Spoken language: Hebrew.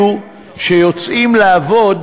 אלו שיוצאים לעבוד